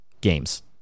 games